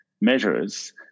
measures